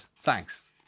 Thanks